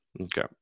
Okay